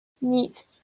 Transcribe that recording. Neat